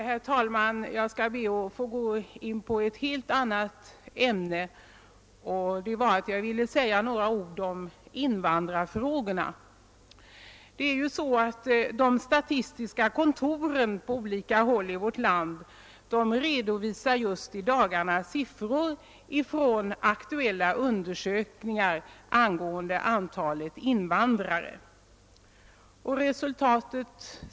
Herr talman! Jag skall gå in på ett helt annat ämne och säga några ord om invandrarfrågorna. De statistiska kontoren på olika håll i vårt land redovisar just i dagarna resultaten av aktuella undersökningar angående antalet invandrare.